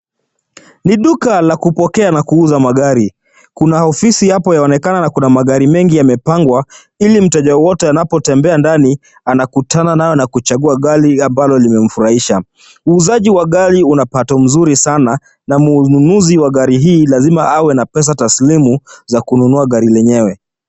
Ni duka la kupokea na kuuza magari. Kuna ofisi hapo yaonekana na kuna magari mengi yamepangwa, ili mteja yoyote anapotembea ndani, anakutana nayo na kuchagua gari ambalo limemfurahisha. Uuzaji wa gari una pato mzuri sana na mnunuzi wa gari hii lazima awe na pesa taslimu za kununua gari lenyewe.